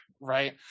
right